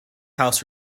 house